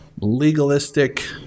legalistic